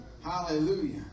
hallelujah